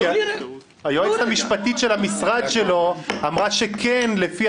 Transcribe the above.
כי היועצת המשפטית של המשרד שלו אמרה שכן לפי